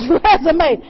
resume